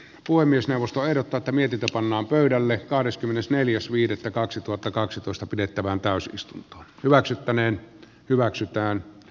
puhemiesneuvosto ehdottaa mitä jos pannaan pöydälle kahdeskymmenesneljäs viidettä kaksituhattakaksitoista pidettävään pääsystä hyväksyttäneen hyväksytään p